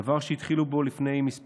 זה דבר שהתחילו בו לפני כמה שנים,